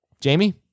Jamie